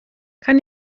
kann